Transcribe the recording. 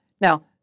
Now